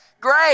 great